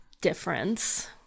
difference